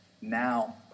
now